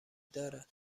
دارد